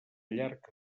llarg